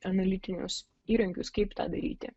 analitinius įrankius kaip tą daryti